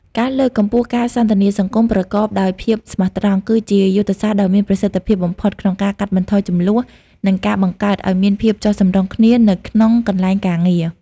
ការលើកកម្ពស់ការសន្ទនាសង្គមប្រកបដោយភាពស្មោះត្រង់ គឺជាយុទ្ធសាស្ត្រដ៏មានប្រសិទ្ធភាពបំផុតក្នុងការកាត់បន្ថយជម្លោះ និងការបង្កើតឱ្យមានភាពចុះសម្រុងគ្នានៅក្នុងកន្លែងការងារ។